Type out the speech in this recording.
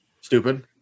Stupid